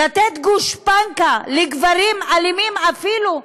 לתת גושפנקה לגברים אלימים, אפילו,